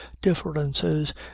differences